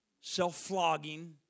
Self-flogging